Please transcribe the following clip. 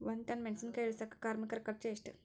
ಒಂದ್ ಟನ್ ಮೆಣಿಸಿನಕಾಯಿ ಇಳಸಾಕ್ ಕಾರ್ಮಿಕರ ಖರ್ಚು ಎಷ್ಟು?